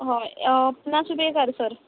हय पन्नास रुपया एक आडसर